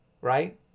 Right